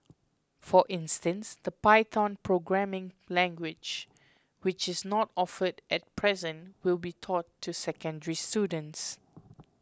for instance the Python programming language which is not offered at present will be taught to secondary students